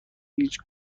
هیچ